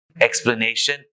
explanation